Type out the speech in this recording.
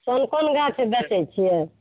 कोन कोन गाछ बेचैत छियै